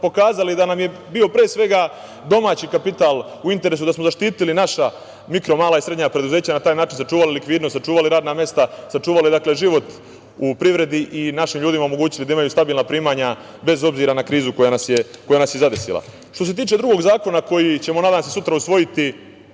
pokazali da nam je bio, pre svega, domaći kapital u interesu, da smo zaštitili naša mikro, mala i srednja preduzeća i na taj način sačuvali likvidnost, sačuvali radna mesta, sačuvali život u privredi i našim ljudima omogućili da imaju stabilna primanja, bez obzira na krizu koja nas je zadesila. Što se tiče drugog zakona koji ćemo, nadam se sutra usvojiti,